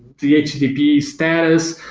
the http status,